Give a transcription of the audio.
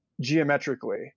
geometrically